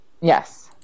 Yes